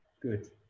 Good